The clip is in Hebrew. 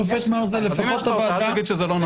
אז אם יש לך אותה אל תגיד שזה לא נכון.